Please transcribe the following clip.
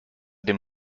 dem